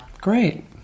Great